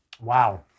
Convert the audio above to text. Wow